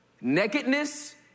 Nakedness